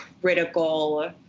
critical